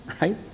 right